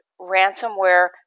ransomware